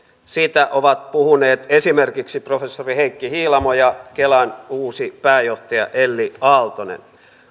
siitä ovat puhuneet esimerkiksi professori heikki hiilamo ja kelan uusi pääjohtaja elli aaltonen